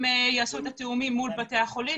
הם יעשו את התיאומים מול בתי החולים,